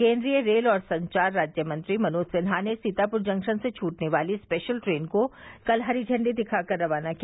केन्द्रीय रेल और संचार राज्यमंत्री मनोज सिन्हा ने सीतापुर जंक्शन से छूटने वाली स्पेशल ट्रेन को कल हरी झंडी दिखा कर रवाना किया